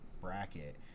bracket